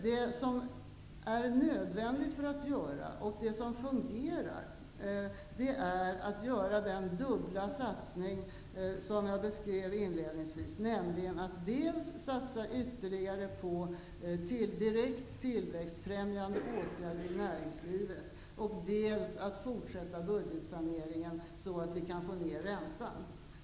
Det som är nödvändigt och som fungerar är den dubbla satsning som jag inledningsvis beskrev, nämligen att dels satsa ytterligare på direkt tillväxtfrämjande åtgärder i näringslivet, dels fortsätta budgetsaneringen för att få ned räntan.